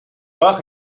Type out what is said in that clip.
out